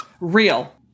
Real